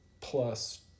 plus